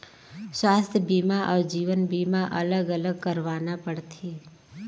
स्वास्थ बीमा अउ जीवन बीमा अलग अलग करवाना पड़थे?